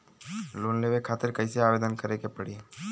Loan लेवे खातिर कइसे आवेदन करें के पड़ी?